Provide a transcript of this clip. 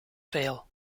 fail